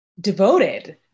devoted